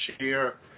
share